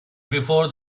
before